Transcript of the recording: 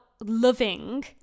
loving